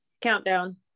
Countdown